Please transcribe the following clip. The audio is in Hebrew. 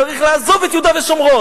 צריך לעזוב את יהודה ושומרון.